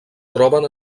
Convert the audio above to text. troben